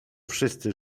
wszyscy